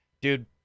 Dude